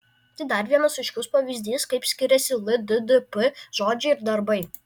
tai dar vienas aiškus pavyzdys kaip skiriasi lddp žodžiai ir darbai